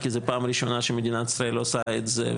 כי זו פעם ראשונה שמדינת ישראל עושה את זה,